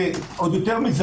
ויותר מזה,